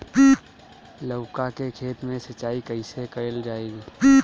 लउका के खेत मे सिचाई कईसे कइल जाला?